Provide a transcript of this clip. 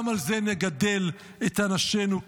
גם על זה נגדל את אנשינו.